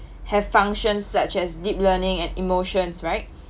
have functions such as deep learning and emotions right